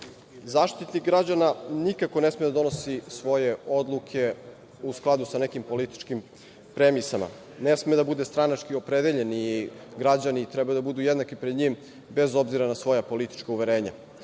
stava.Zaštitnik građana nikako ne sme da donosi svoje odluke u skladu sa nekim političkim premisama. Ne sme da bude stranački opredeljen i građani treba da budu jednaki pred njim, bez obzira na svoja politička uverenja.